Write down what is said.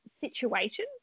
situation